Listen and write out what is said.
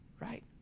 right